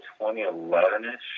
2011-ish